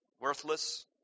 worthless